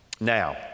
Now